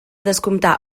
descomptar